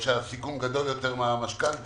שכאשר הסיכון גדול יותר מהמשכנתא,